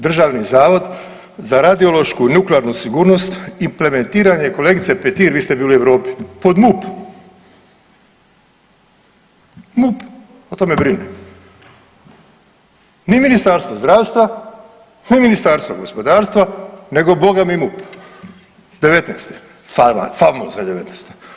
Državni zavod za radiološku i nuklearnu sigurnost implementiranje kolegice Petir vi ste bili u Europi, pod MUP, MUP o tome brine, ni Ministarstvo zdravstva, ni Ministarstvo gospodarstvo nego bogami MUP '19., famozna '19.